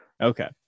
Okay